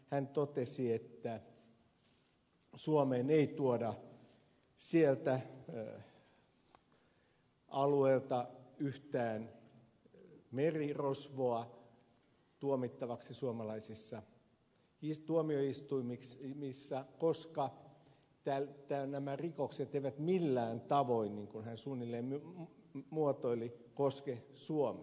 hän totesi että suomeen ei tuoda sieltä alueelta yhtään merirosvoa tuomittavaksi suomalaisissa tuomioistuimissa koska nämä rikokset eivät millään tavoin niin kuin hän suunnilleen muotoili koske suomea